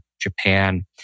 Japan